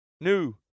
new